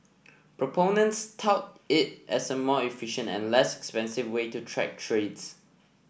proponents tout it as a more efficient and less expensive way to track trades